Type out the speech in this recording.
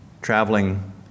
traveling